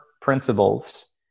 principles